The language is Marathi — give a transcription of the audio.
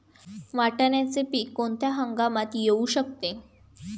वाटाण्याचे पीक कोणत्या हंगामात येऊ शकते?